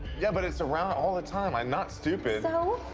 yeah, but it's around all the time. i'm not stupid. so?